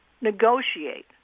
negotiate